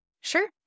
Sure